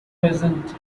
present